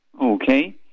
Okay